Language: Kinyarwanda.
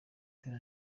dore